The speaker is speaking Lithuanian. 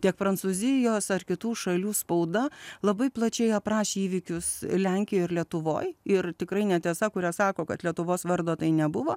tiek prancūzijos ar kitų šalių spauda labai plačiai aprašė įvykius lenkijoj ir lietuvoj ir tikrai netiesa kurie sako kad lietuvos vardo tai nebuvo